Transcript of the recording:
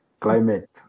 Climate